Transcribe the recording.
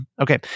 Okay